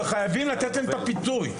וחייבים לתת את הפיצוי.